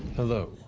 hello,